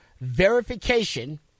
verification